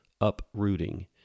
uprooting